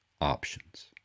options